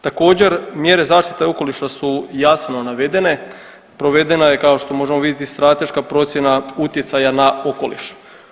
Također mjere zaštite okoliša su jasno navedene, provedena je kao što možemo vidjeti strateška procjena utjecaja na okoliš.